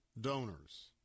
donors